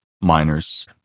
miners